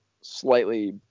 slightly